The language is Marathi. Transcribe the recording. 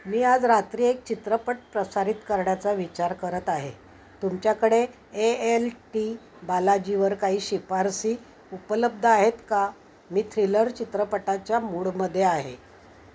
मी आज रात्री एक चित्रपट प्रसारित करण्याचा विचार करत आहे तुमच्याकडे ए एल टी बालाजीवर काही शिफारसी उपलब्ध आहेत का मी थ्रिलर चित्रपटाच्या मूडमध्ये आहे